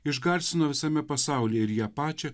išgarsino visame pasaulyje ir ją pačią